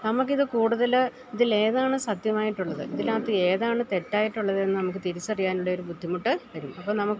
നമുക്കിത് കൂടുതല് ഇതിലേതാണ് സത്യമായിട്ടുള്ളത് ഇതിനകത്ത് ഏതാണ് തെറ്റായിട്ടുള്ളതെന്ന് നമുക്ക് തിരിച്ചറിയാനുള്ളൊരു ബുദ്ധിമുട്ട് വരും അപ്പോള് നമുക്ക്